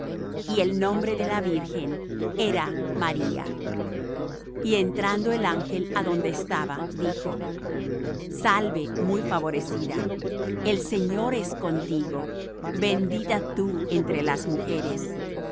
y el nombre de la virgen era maría y entrando el ángel á donde estaba dijo salve muy favorecida el señor es contigo bendita tú entre las mujeres